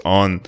on